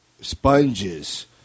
sponges